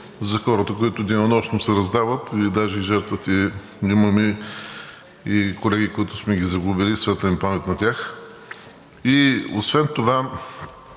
за хората, които денонощно се раздават и даже се жертват. Имаме колеги, които сме ги загубили, светла им памет на тях. Освен това